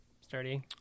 sturdy